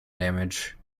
damage